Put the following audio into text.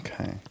okay